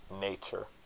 Nature